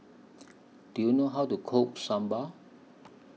Do YOU know How to Cook Sambar